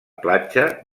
platja